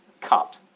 cut